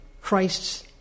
Christ's